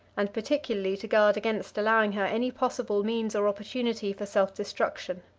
and particularly to guard against allowing her any possible means or opportunity for self-destruction.